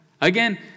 Again